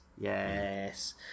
yes